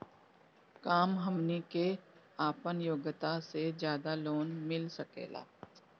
का हमनी के आपन योग्यता से ज्यादा लोन मिल सकेला?